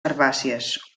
herbàcies